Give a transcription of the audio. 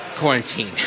quarantine